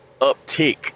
uptick